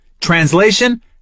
Translation